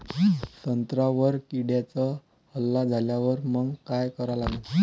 संत्र्यावर किड्यांचा हल्ला झाल्यावर मंग काय करा लागन?